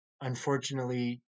unfortunately